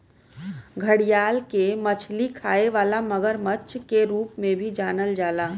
घड़ियाल के मछली खाए वाला मगरमच्छ के रूप में भी जानल जाला